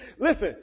Listen